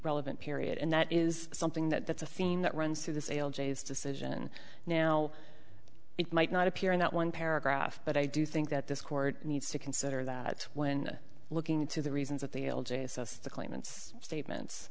relevant period and that is something that that's a theme that runs through the sale days decision now it might not appear in that one paragraph but i do think that this court needs to consider that when looking into the reasons of the l g s us the claimants statements